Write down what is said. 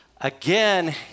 Again